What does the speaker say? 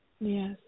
Yes